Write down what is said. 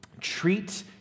treat